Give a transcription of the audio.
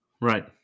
right